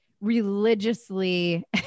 religiously